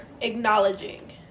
acknowledging